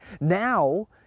Now